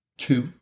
two